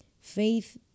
Faith